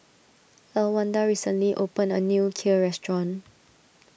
Elwanda recently opened a new Kheer restaurant